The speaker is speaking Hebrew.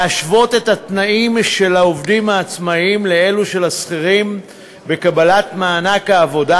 להשוות את התנאים של העובדים העצמאים לאלו של השכירים בקבלת מענק העבודה